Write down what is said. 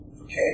Okay